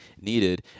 needed